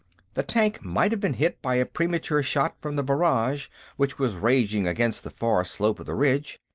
the tank might have been hit by a premature shot from the barrage which was raging against the far slope of the ridge.